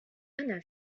أنا